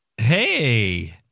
Hey